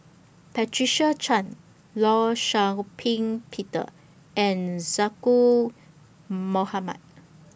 Patricia Chan law Shau Ping Peter and Zaqy Mohamad